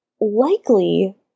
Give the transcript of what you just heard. likely